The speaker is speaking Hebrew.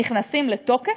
נכנסים לתוקף,